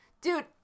Dude